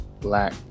Black